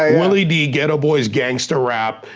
um willie d, geto boys gangster rap,